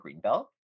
greenbelt